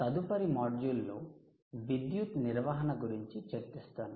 తదుపరి మాడ్యూల్ లో విద్యుత్ నిర్వహణ గురించి చర్చిస్తాను